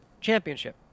championship